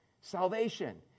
Salvation